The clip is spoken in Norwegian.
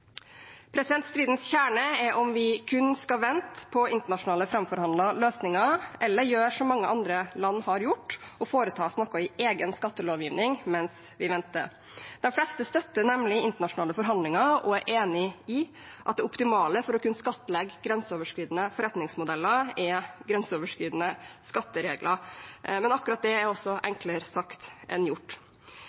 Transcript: Stridens kjerne er om vi kun skal vente på internasjonalt framforhandlede løsninger eller gjøre som mange andre land har gjort: å foreta oss noe i egen skattelovgivning mens vi venter. De fleste støtter nemlig internasjonale forhandlinger og er enig i at det optimale for å kunne skattlegge grenseoverskridende forretningsmodeller er grenseoverskridende skatteregler. Men akkurat det er også enklere sagt enn gjort.